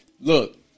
Look